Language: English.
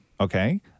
okay